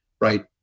right